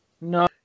no